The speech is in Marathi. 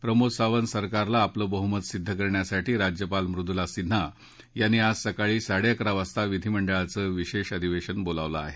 प्रमोद सावंत सरकारला आपलं बड्डमत सिद्ध करण्यासाठी राज्यपाल मृदुला सिन्हा यांनी आज सकाळी साडेअकरा वाजता विधिमंडळाचं विशेष अधिवेशन बोलावलं आहे